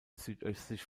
südöstlich